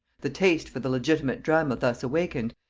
the taste for the legitimate drama thus awakened,